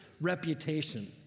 reputation